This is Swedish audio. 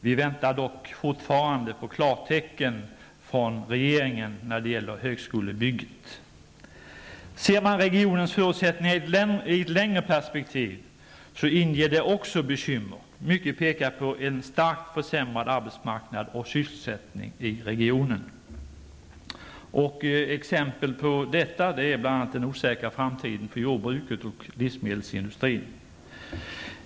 Vi väntar dock fortfarande på klartecken från regeringen när det gäller högskolebygget. Regionens förutsättningar i ett längre perspektiv inger också bekymmer. Mycket pekar på en starkt försämrad arbetsmarknad och sysselsättning i regionen. Exempel på detta är bl.a. den osäkra framtiden för jordbruket och livsmedelsindustrin.